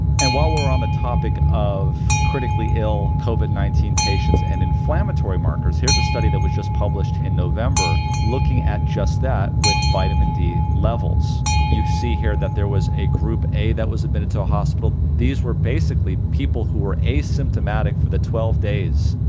and while we're on the topic of critically ill covid nineteen patients and inflammatory markers here's a study that was just published in november looking at just that with vitamin d levels you see here that there was a group a that was admitted to a hospital. these were basically people who were asymptomatic for the twelve days.